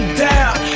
down